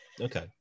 Okay